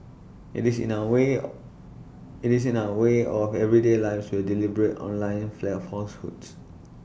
IT is in our way IT is in our way of everyday lives where deliberate online fly A falsehoods